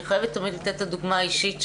אני חייבת תמיד לתת את הדוגמה האישית שלי.